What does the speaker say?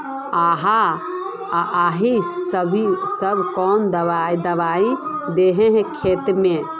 आहाँ सब कौन दबाइ दे है खेत में?